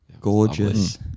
Gorgeous